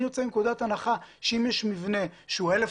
אני יוצא מנקודת הנחה שאם יש מבנה של אלף